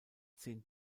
zehn